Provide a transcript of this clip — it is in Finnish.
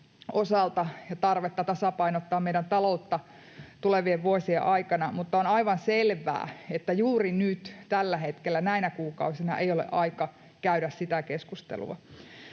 ja tarvetta tasapainottaa meidän talouttamme tulevien vuosien aikana, mutta on aivan selvää, että juuri nyt, tällä hetkellä, näinä kuukausina, ei ole aika käydä sitä keskustelua.